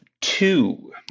Two